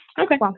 Okay